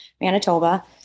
Manitoba